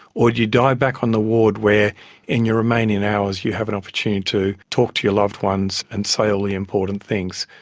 or do you die back on the ward where in your remaining hours you have an opportunity to talk to your loved ones and say all the important things,